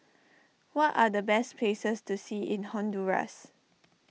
what are the best places to see in Honduras